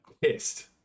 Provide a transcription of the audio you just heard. Pissed